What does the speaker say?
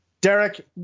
Derek